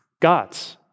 God's